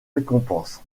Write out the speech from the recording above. récompenses